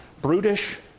brutish